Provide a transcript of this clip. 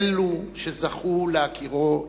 למי שזכו להכירו אישית,